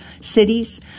cities